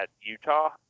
Utah